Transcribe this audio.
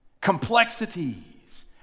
Complexities